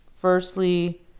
Firstly